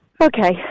Okay